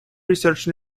research